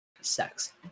sex